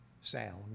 sound